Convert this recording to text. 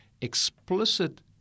explicit